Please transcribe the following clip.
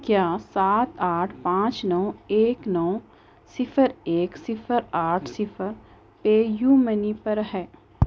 کیا سات آٹھ پانچ نو ایک نوصفر ایک صفر آٹھ صفر پے یو منی پر ہے